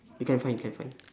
you can find you can find